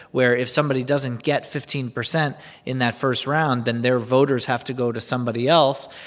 where if somebody doesn't get fifteen percent in that first round then their voters have to go to somebody else,